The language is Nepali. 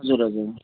हजुर हजुर